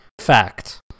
fact